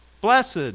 Blessed